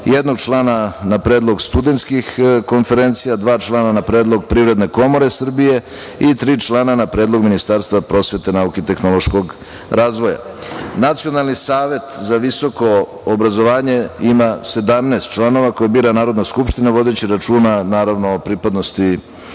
jednog člana na predlog studentskih konferencija, dva člana na predlog Privredne komore Srbije i tri člana na predlog Ministarstva prosvete, nauke i tehnološkog razvoja. Nacionalni savet za visoko obrazovanje ima 17 članova koje bira Narodna skupština, vodeći računa, naravno, o zastupljenosti